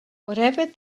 whatever